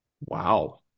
Wow